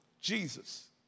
Jesus